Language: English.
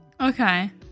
Okay